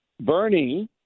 Bernie